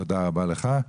תודה רבה לך.